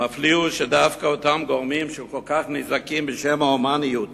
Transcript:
המפליא הוא שדווקא אותם גורמים שכל כך נזעקים בשם ההומניות